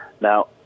Now